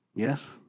Yes